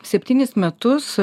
septynis metus